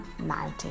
19